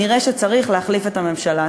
כנראה צריך להחליף את הממשלה.